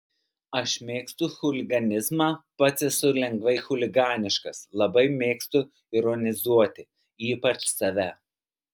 aš mėgstu chuliganizmą pats esu lengvai chuliganiškas labai mėgstu ironizuoti ypač save